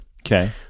Okay